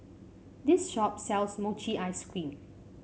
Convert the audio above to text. this shop sells Mochi Ice Cream